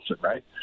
right